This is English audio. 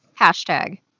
Hashtag